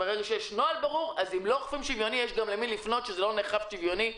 ברגע שיש נוהל ברור ניתן לפנות אם זה לא נאכף שוויוני.